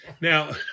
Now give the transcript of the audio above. Now